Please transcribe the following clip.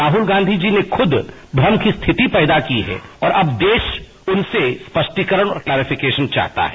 राहुल गांधी जी ने खुद भ्रम की स्थिति पैदा की है और अब देश उनसे स्पष्टीकरण और क्लेरिफिकेशन चाहता है